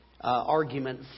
argument